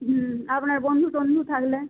হুম আপনার বন্ধু টন্ধু থাকলে